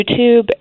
YouTube